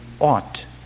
ought